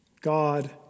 God